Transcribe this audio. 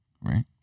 right